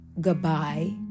goodbye